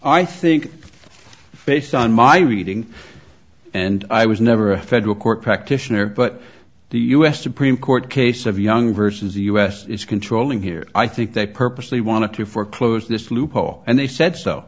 i think based on my reading and i was never a federal court practitioner but the u s supreme court case of young versus the u s is controlling here i think they purposely want to for close this loophole and they said so